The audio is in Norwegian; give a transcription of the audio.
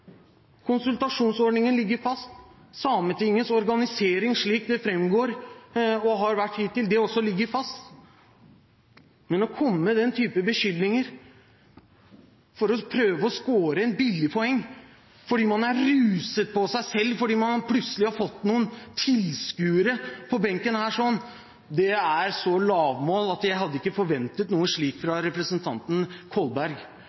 Konsultasjonsordningen ligger fast. Sametingets organisering slik den framgår og har vært hittil, ligger også fast. Men å komme med den typen beskyldninger for å prøve å skåre et billig poeng fordi man er ruset på seg selv fordi man plutselig har fått noen tilskuere på benken her, det er så lavmål at jeg ikke hadde forventet noe slikt fra representanten Kolberg.